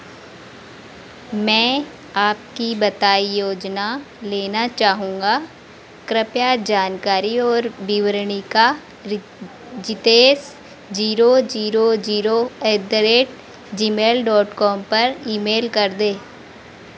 मैं आपकी बताई योजना लेना चाहूँगा कृपया जानकारी और विवरणिका Jitesh zero zero zero at the rate Gmail dot com पर ईमेल कर दें